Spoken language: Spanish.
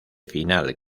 final